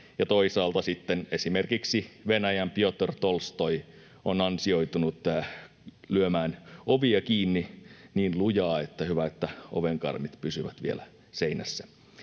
toisaalta sitten esimerkiksi Venäjän Pjotr Tolstoi on ansioitunut lyömään ovia kiinni niin lujaa, että hyvä, että ovenkarmit pysyvät vielä seinässä